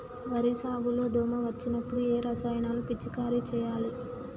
వరి సాగు లో దోమ వచ్చినప్పుడు ఏ రసాయనాలు పిచికారీ చేయాలి?